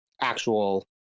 actual